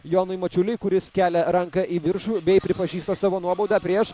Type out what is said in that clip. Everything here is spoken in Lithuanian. jonui mačiuliui kuris kelia ranką į viršų bei pripažįsta savo nuobaudą prieš